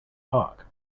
talk